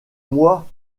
moi